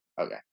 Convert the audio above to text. okay